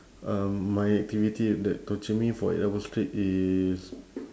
um my activity that torture me for eight hours straight is